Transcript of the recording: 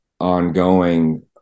ongoing